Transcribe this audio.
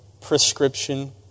prescription